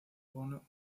bono